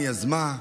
איראן יזמה,